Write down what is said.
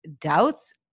doubts